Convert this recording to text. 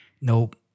nope